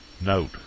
Note